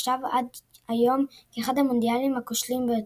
נחשב עד היום כאחד המונדיאלים הכושלים ביותר.